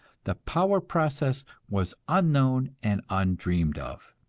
the power process was unknown and undreamed of.